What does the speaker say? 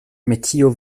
metio